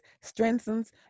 strengthens